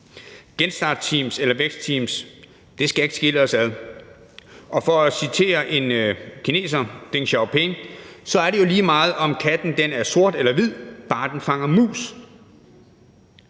genstartsteams eller vækstteams, det skal ikke skille os ad, og for at citere en kineser, Deng Xiaoping, så er det jo lige meget, om katten er sort eller hvid, bare den fanger mus